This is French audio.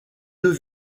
deux